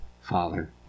father